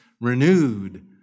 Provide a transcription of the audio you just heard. renewed